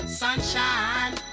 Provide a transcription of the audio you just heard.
sunshine